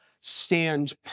stand